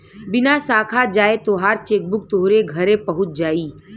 बिना साखा जाए तोहार चेकबुक तोहरे घरे पहुच जाई